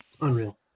unreal